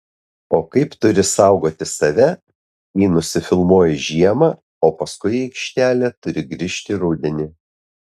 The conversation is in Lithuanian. o kaip turi saugoti save jei nusifilmuoji žiemą o paskui į aikštelę turi grįžti rudenį